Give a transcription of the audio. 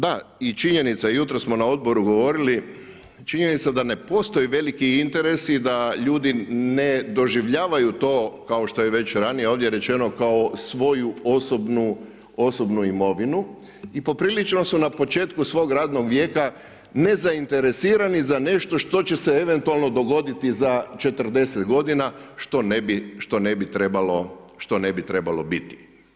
Da, činjenica jutros smo na odboru govorili, činjenica da ne postoji veliki interes i da ljudi ne doživljavaju to kao što je to već ranije ovdje rečeno kao svoju osobnu imovinu i poprilično su na početku svog radnog vijeka nezainteresirani za nešto što će se eventualno dogoditi za 40 godina što ne bi trebalo biti.